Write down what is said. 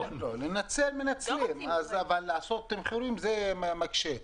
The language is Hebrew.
לנצל, מנצלים אבל לעשות תמחורים זה מקשה.